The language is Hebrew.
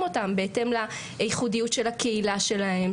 אותן בהתאם לייחודיות של הקהילה שלהם,